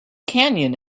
canyon